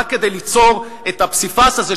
רק כדי ליצור את הפסיפס הזה,